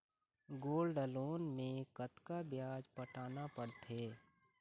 Gold loan मे कतका ब्याज पटाना पड़थे?